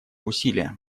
усилия